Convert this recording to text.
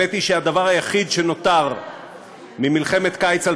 יעקב פרי ובצלאל סמוטריץ.